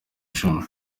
cumi